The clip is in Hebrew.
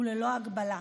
הוא ללא הגבלה.